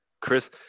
Chris